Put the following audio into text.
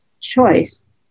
choice